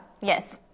Yes